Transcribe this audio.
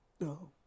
No